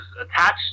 attached